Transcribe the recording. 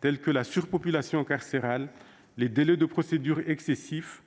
tels que la surpopulation carcérale, les délais de procédure excessifs